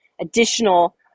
additional